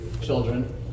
children